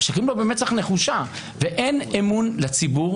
משקרים לו במצח נחושה, ואין אמון לציבור